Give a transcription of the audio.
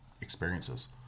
experiences